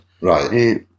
right